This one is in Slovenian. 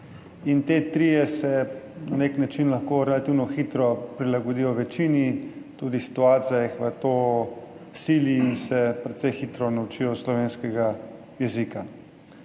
in ti trije se na nek način lahko relativno hitro prilagodijo večini, tudi situacija jih v to sili in se precej hitro naučijo slovenskega jezika.